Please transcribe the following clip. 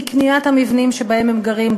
מקניית המבנים שבהם הם גרים,